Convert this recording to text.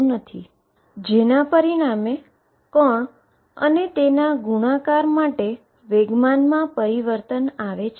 જેને પરિણામે પાર્ટીકલ અને તેના ગુણાકાર માટે મોમેન્ટમમાં પરિવર્તન આવે છે